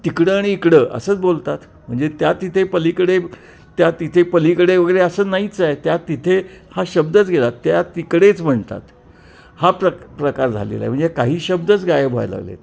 तिकडं आणि इकडं असंच बोलतात म्हणजे त्या तिथे पलीकडे त्या तिथे पलीकडे वगैरे असं नाहीच आहे त्या तिथे हा शब्दच गेला त्या तिकडेच म्हणतात हा प्रक प्रकार झालेला आहे म्हणजे काही शब्दच गायब व्हायला लागले आहेत